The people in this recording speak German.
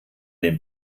den